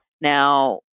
Now